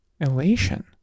elation